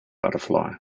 butterfly